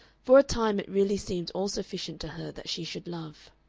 for a time it really seemed all-sufficient to her that she should love.